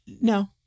no